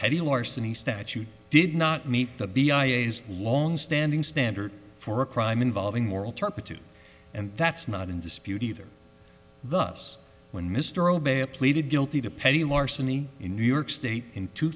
petty larceny statute did not meet the b i e s longstanding standard for a crime involving moral turpitude and that's not in dispute either thus when mr obey pleaded guilty to petty larceny in new york state in two